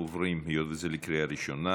היות שזה לקריאה ראשונה,